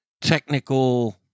technical